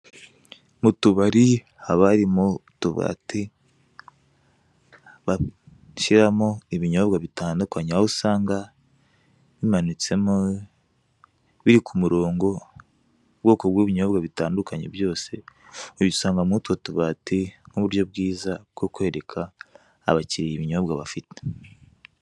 Mu tubari haba harimo utubati bashyiramo ibinyobwa bitandukanye, aho usanga bimanitsemo, biri ku murongo, ubwoko bw'ibinyobwa bitandukanye byose, ubisanga muri utwo tubati nk'uburyo bwiza bwo kwereka abakiriya ibinyobwa bafite.